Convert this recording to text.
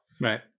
Right